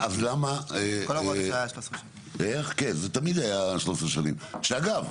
תמיד זה היה 13 שנים, אגב,